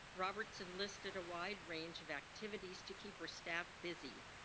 robertson listed a wide range of activities to keep her staff busy.